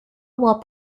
while